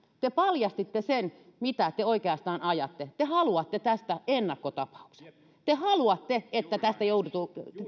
te paljastitte sen mitä te oikeastaan ajatte te haluatte tästä ennakkotapauksen te haluatte että tästä joutuu